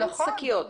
אין שקיות.